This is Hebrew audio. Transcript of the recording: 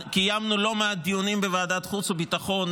קיימנו לא מעט דיונים בוועדת החוץ והביטחון,